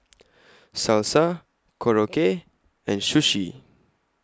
Salsa Korokke and Sushi